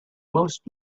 most